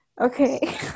Okay